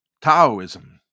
Taoism